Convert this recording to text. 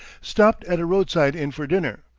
stopped at a roadside inn for dinner,